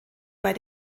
bei